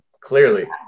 Clearly